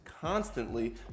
constantly